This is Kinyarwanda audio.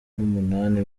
munani